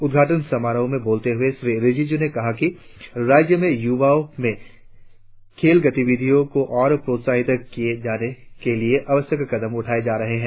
उद्घाटन समारोह मे बोलते हुए श्री रिजिजू ने कहा कि राज्य में युवाओं में खेल गतिविधियों को और प्रोत्साहित किए जाने के लिए आवश्यक कदम उठाएं जा रहे हैं